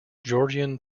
georgian